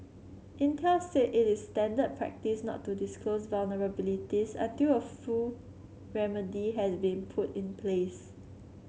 Intel said it is standard practice not to disclose vulnerabilities until a full remedy has been put in place